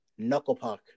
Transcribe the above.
Knucklepuck